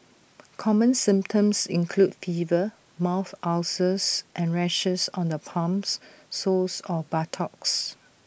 common symptoms include fever mouth ulcers and rashes on the palms soles or buttocks